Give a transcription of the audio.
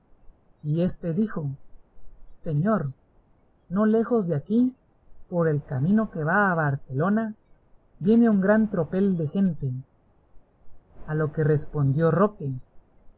y éste dijo señor no lejos de aquí por el camino que va a barcelona viene un gran tropel de gente a lo que respondió roque